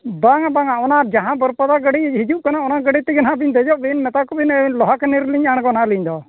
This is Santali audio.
ᱵᱟᱝᱟ ᱵᱟᱝᱟ ᱚᱱᱟ ᱡᱟᱦᱟᱸ ᱵᱟᱹᱨᱯᱟᱫᱟ ᱜᱟᱹᱰᱤ ᱦᱤᱡᱩᱜ ᱠᱟᱱᱟ ᱚᱱᱟ ᱜᱟᱹᱰᱤ ᱛᱮᱜᱮ ᱱᱟᱦᱟᱜ ᱵᱤᱱ ᱫᱮᱡᱚᱜ ᱵᱤᱱ ᱢᱮᱛᱟᱠᱚᱵᱤᱱ ᱞᱚᱦᱟᱠᱟᱹᱱᱤ ᱨᱮᱞᱤᱧ ᱟᱬᱜᱚᱱᱟ ᱟᱹᱞᱤᱧ ᱫᱚ